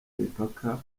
imipaka